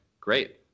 great